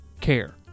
care